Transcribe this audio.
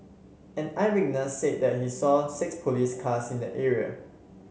an eyewitness said that he saw six police cars in the area